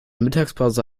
mittagspause